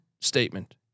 statement